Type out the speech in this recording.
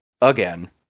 Again